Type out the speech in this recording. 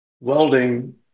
welding